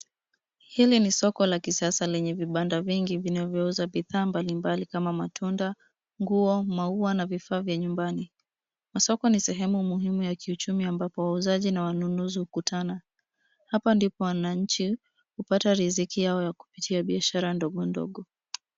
Hili ni soko la kisasa lenye vibanda vingi vinavyo uza bidhaa mbali mbali kama matunda, nguo, maua na vifaa vya nyumbani. Soko ni sehemu muhimu ya kiuchumi ambapo wauzaji na wanunuzi hukutana. Hapa ndipo wananchi hupata riziki yao kupitia biashara ndogo ndogo.